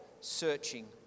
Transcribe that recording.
searching